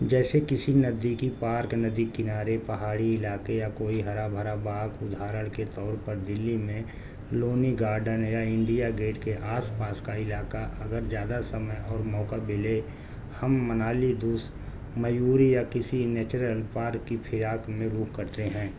جیسے کسی ندی کی پارک ندی کنارے پہاڑی علاقے یا کوئی ہرا بھرا باغ ادہارن کے طور پر دلی میں لونی گارڈن یا انڈیا گیٹ کے آس پاس کا علاقہ اگر جیادہ سمے اور موقع بلے ہم منالی دوس میوری یا کسی نیچرل پارک کی فراک میں روک کرتے ہیں